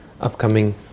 upcoming